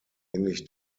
ähnlich